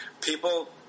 people